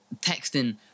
texting